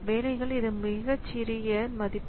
வேலைகள் இது மிகச்சிறிய மதிப்பு